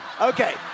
Okay